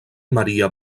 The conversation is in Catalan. maria